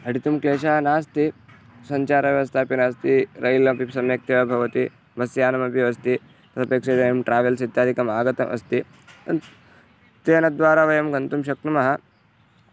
अटितुं क्लेशः नास्ति सञ्चारव्यवस्था अपि नास्ति रैल् अपि सम्यक्तया भवति बस्यानमपि अस्ति तदपेक्षया वयं ट्रावेल्स् इत्यादिकम् आगतम् अस्ति तेन द्वारा वयं गन्तुं शक्नुमः